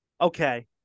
okay